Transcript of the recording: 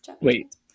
wait